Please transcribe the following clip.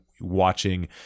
Watching